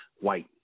white